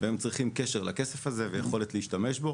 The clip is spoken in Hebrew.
והם צריכים קשר לכסף הזה ויכולת להשתמש בו.